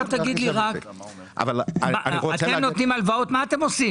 מה אתם עושים?